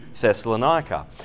Thessalonica